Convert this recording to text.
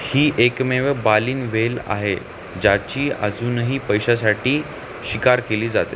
ही एकमेव baleen whale आहे ज्याची अजूनही पैशासाठी शिकार केली जाते